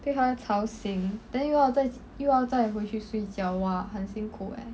被她吵醒 then 又要再又要再回去睡觉哇很辛苦 eh